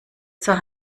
zur